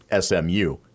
SMU